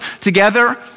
together